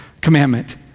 commandment